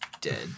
dead